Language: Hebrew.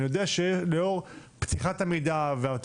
אני יודע שלאור פתיחת המידע ולאור